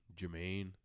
Jermaine